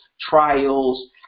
trials